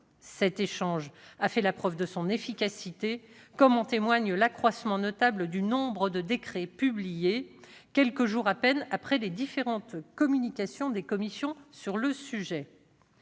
Cet échange a fait la preuve de son efficacité, comme en témoigne l'accroissement notable du nombre de décrets publiés quelques jours à peine après les différentes communications des commissions sur le sujet.